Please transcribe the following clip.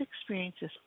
experiences